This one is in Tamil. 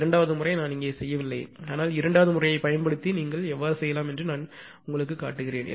இரண்டாவது முறை நான் இங்கே செய்யவில்லை ஆனால் இரண்டாவது முறையைப் பயன்படுத்தி நீங்கள் சரிபார்க்கலாம் என்று நான் கேட்டுக்கொள்கிறேன்